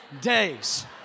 days